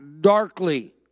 darkly